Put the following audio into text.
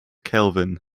kelvin